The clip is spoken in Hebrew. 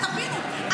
תבינו,